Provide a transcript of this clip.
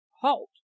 halt